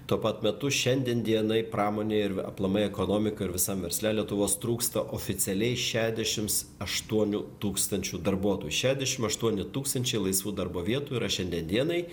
tuo pat metu šiandien dienai pramonėje ir aplamai ekonomikoj ir visam versle lietuvos trūksta oficialiai šešiasdešimt aštuonių tūkstančių darbuotojų šešiasdešimt aštuoni tūkstančiai laisvų darbo vietų yra šiandien dienai